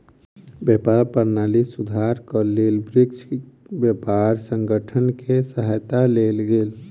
व्यापार प्रणाली सुधारक लेल विश्व व्यापार संगठन के सहायता लेल गेल